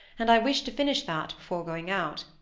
and i wished to finish that before going out.